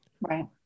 Right